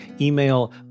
email